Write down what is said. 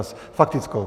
S faktickou?